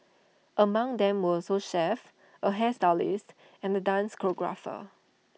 among them were also chefs A hairstylist and the dance choreographer